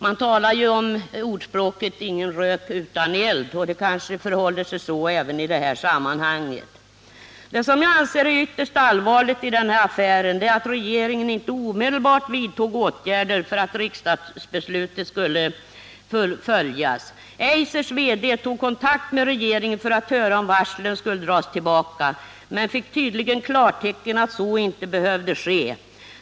Ingen rök utan eld, heter det i ordspråket, och det kanske förhåller sig så i det här sammanhanget. Det som enligt min mening är ytterst allvarligt i den här affären är att regeringen inte omedelbart vidtog åtgärder för att fullfölja riksdagsbeslutet. Eisers VD tog kontakt med regeringen för att höra om varslen skulle dras tillbaka, men han fick tydligen klartecken för att så inte behövde ske.